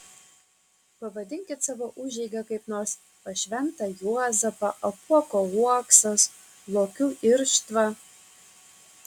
pavadinkit savo užeigą kaip nors pas šventą juozapą apuoko uoksas lokių irštva